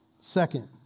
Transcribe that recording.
Second